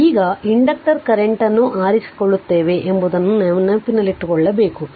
ಆದ್ದರಿಂದ ಈಗ inductor current ಅನ್ನು ಆರಿಸಿಕೊಳ್ಳುತ್ತೇವೆ ಎಂಬುದನ್ನು ನೆನಪಿನಲ್ಲಿಟ್ಟುಕೊಳ್ಳಬೇಕು